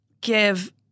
give